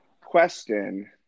question